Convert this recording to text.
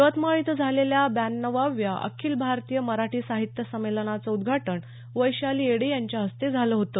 यवतमाळ इथं झालेल्या ब्याण्णवाव्या अखिल भारतीय मराठी साहित्य संमेलनाचं उद्घाटन वैशाली येडे यांच्या हस्ते झालं होतं